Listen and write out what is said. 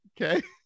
Okay